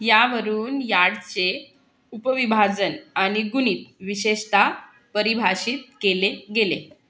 यावरून याडचे उपविभाजन आणि गुणित विशेषतः परिभाषित केले गेले